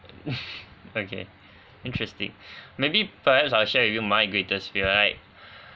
okay interesting maybe perhaps I'll share with you my greatest fear right